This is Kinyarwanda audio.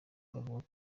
bavuga